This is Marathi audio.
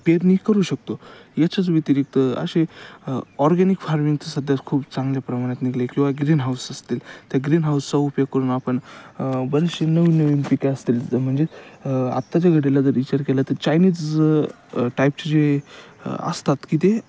पेरणी करू शकतो याच्याच व्यतिरिक्त असे ऑर्गॅनिक फार्मिंगचं सध्या खूप चांगल्या प्रमाणात निघले किंवा ग्रीन हाऊस असतील त्या ग्रीन हाऊसचा उपयोग करून आपण बरेचसे नवीन नवीन पिकं असतील ज म्हणजेच आत्ताच्या घडीला जर विचार केला तर चायनीज टाईपचे जे असतात की ते